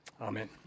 Amen